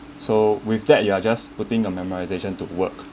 so with that you're just putting your memorization to work